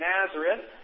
Nazareth